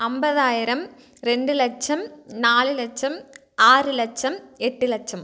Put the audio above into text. ஐம்பதாயிரம் ரெண்டு லட்சம் நாலு லட்சம் ஆறு லட்சம் எட்டு லட்சம்